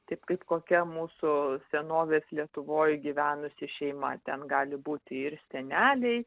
taip kaip kokia mūsų senovės lietuvoj gyvenusi šeima ten gali būti ir seneliai